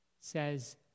says